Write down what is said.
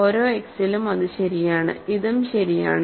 ഓരോ x ലും അത് ശരിയാണ് ഇതും ശരിയാണ്